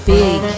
big